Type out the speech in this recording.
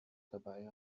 dabei